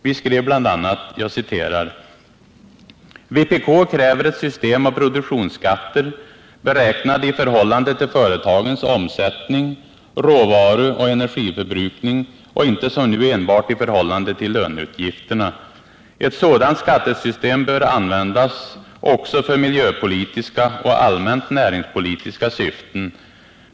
Vi skrev bl.a.: ”Vpk kräver ett system av produktionsskatter, beräknade i förhållande till företagens omsättning, råvaruoch energiförbrukning och inte som nu enbart i förhållande till löneutgifterna. Ett sådant skattesystem bör användas också för miljöpolitiska och allmänt näringspolitiska syften.